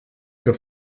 que